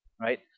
right